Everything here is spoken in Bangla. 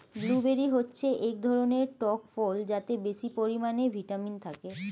ব্লুবেরি হচ্ছে এক ধরনের টক ফল যাতে বেশি পরিমাণে ভিটামিন থাকে